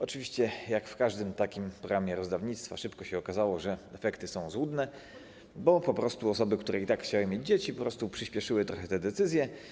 Oczywiście jak w każdym takim programie rozdawnictwa szybko się okazało, że efekty są złudne, bo osoby, które i tak chciały mieć dzieci, po prostu przyspieszyły trochę te decyzje.